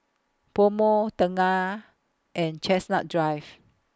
Pomo Tengah and Chestnut Drive